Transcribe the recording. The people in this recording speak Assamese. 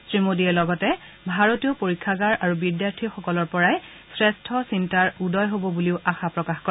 শ্ৰীমোদীয়ে লগতে ভাৰতীয় পৰীক্ষাগাৰ আৰু বিদ্যাৰ্থীসকলৰ পৰাই শ্ৰেষ্ঠ চিন্তাৰ উদয় হ'ব বুলিও আশা প্ৰকাশ কৰে